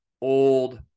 old